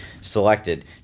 selected